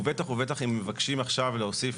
בטח ובטח אם מבקשים עכשיו להוסיף